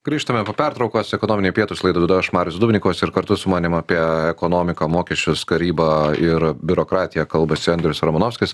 grįžtame po pertraukos ekonominiai pietūs laidą vedu aš marius dubnikovas ir kartu su manim apie ekonomiką mokesčius karybą ir biurokratiją kalbasi andrius romanovskis